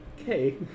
Okay